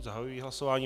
Zahajuji hlasování.